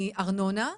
מארנונה,